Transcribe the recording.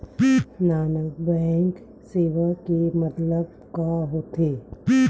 Non banking सेवा के मतलब का होथे?